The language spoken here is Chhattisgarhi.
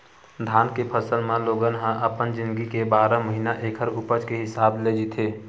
धान के फसल म लोगन ह अपन जिनगी के बारह महिना ऐखर उपज के हिसाब ले जीथे